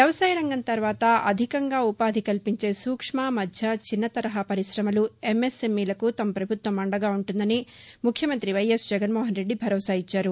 వ్యవసాయ రంగం తరువాత అధికంగా ఉపాధి కల్పించే సూక్ష్మ మధ్య చిన్నతరహా పరిశమలు ఎంఎస్ఎంఈలకు తమ పభుత్వం అండగా ఉంటుందని ముఖ్యమంతి వైఎస్ జగన్నోహన్ రెడ్డి భరోసా ఇచ్చారు